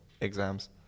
exams